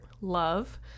love